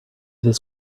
this